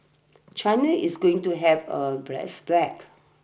China is going to have a blast black